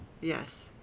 Yes